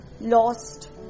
lost